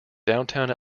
downtown